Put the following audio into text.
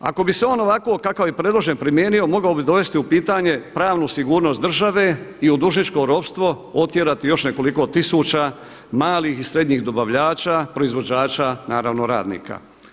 Ako bi se on ovako kakav je i predložen primijenio mogao bi dovesti u pitanje pravnu sigurnost države i u dužničko ropstvo otjerati još nekoliko tisuća malih i srednjih dobavljača, proizvođača, naravno radnika.